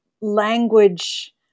language